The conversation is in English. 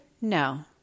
No